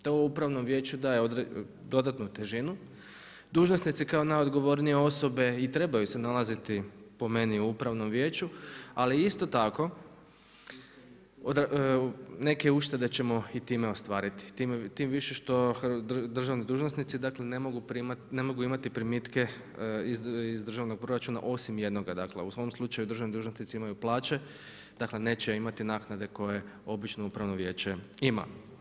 To upravnom vijeću daje dodatnu težinu, dužnosnici kao najodgovornije osobe i trebaju se nalaziti po meni, u upravnom vijeću, ali isto tako neke uštede ćemo i time ostvariti, tim više što državni dužnosnici ne mogu imati primitke iz državnog proračuna osim jednoga, u ovom slučaju državni dužnosnici imaju plaće dakle neće imati naknade koje obično upravno vijeće ima.